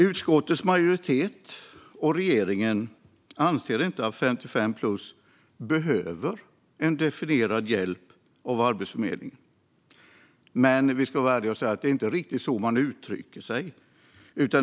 Utskottets majoritet och regeringen anser inte att 55-plus behöver definierad hjälp av Arbetsförmedlingen, men för att vara ärlig är det inte riktigt så man uttrycker det.